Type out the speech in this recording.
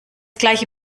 gleiche